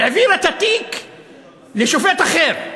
העבירה את התיק לשופט אחר.